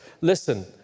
Listen